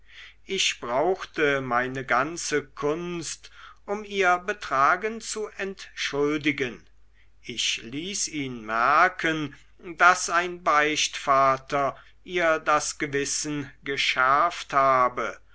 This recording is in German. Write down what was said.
ich brauchte meine ganze kunst um ihr betragen zu entschuldigen ich ließ ihn merken daß ein beichtvater ihr das gewissen geschärft habe